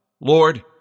Lord